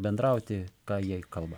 bendrauti ką jie kalba